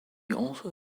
also